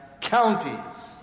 counties